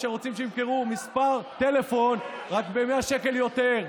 או שרוצים שימכרו מספר טלפון רק ב-100 שקלים יותר.